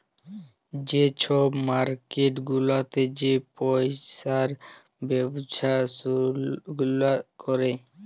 যে ছব মার্কেট গুলাতে যে পইসার ব্যবছা গুলা ক্যরে